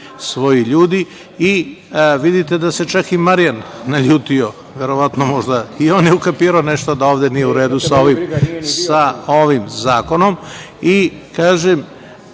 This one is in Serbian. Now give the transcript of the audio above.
svoji ljudi i vidite da se čak i Marijan naljutio, verovatno je i on ukapirao nešto da ovde nije u radu sa ovim zakonom. Kažem